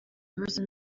ibibazo